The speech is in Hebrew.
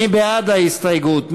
מי בעד ההסתייגות?